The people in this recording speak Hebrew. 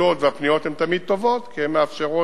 השאילתות והפניות הן תמיד טובות כי הן מאפשרות